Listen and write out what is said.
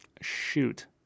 Shoot